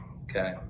Okay